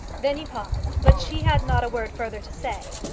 then he paused, but she had not a word further to say.